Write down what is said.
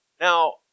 Now